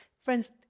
friends